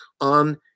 on